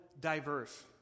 diverse